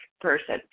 person